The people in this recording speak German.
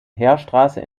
heerstraße